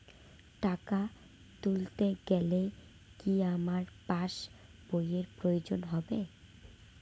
টাকা তুলতে গেলে কি আমার পাশ বইয়ের প্রয়োজন হবে?